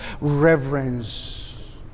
Reverence